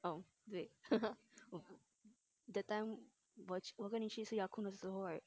oh 对 that time 我去我跟你去吃 yakun 的时候 right